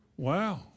Wow